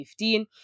2015